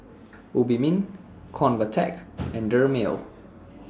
Obimin Convatec and Dermale